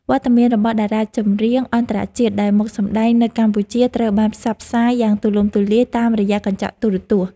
វត្តមានរបស់តារាចម្រៀងអន្តរជាតិដែលមកសម្តែងនៅកម្ពុជាត្រូវបានផ្សព្វផ្សាយយ៉ាងទូលំទូលាយតាមរយៈកញ្ចក់ទូរទស្សន៍។